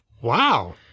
Wow